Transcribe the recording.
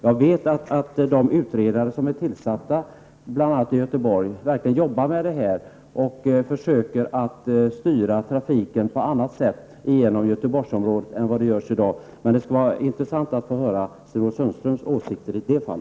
Jag vet att de utredare som är tillsatta bl.a. i Göteborg verkligen arbetar med detta och försöker styra trafiken genom Göteborgsområdet på ett annat sätt än vad som är fallet i dag. Det skulle alltså vara intressant att få höra Sten-Ove Sundströms åsikter i detta fall.